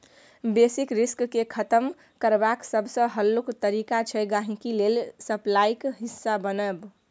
basis risk केँ खतम करबाक सबसँ हल्लुक तरीका छै गांहिकी लेल सप्लाईक हिस्सा बनब